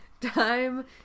Time